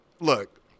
look